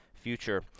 future